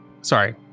Sorry